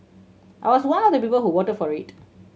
I was one of the people who vote for it